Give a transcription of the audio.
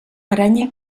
aranya